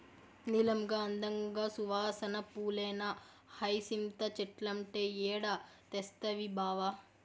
నీలంగా, అందంగా, సువాసన పూలేనా హైసింత చెట్లంటే ఏడ తెస్తవి బావా